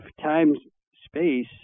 time-space